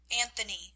Anthony